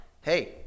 hey